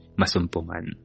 masumpungan